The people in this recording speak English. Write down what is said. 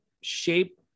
shape